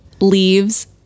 leaves